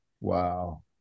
wow